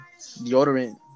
deodorant